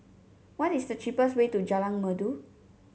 what is the cheapest way to Jalan Merdu